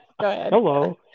Hello